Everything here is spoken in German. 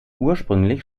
ursprünglich